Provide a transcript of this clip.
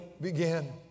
begin